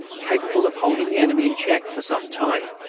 capable of holding the enemy in check for some time,